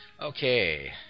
Okay